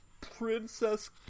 Princess